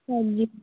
ਹਾਂਜੀ